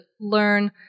learn